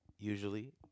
Usually